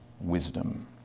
wisdom